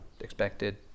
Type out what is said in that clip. expected